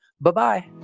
bye-bye